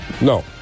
No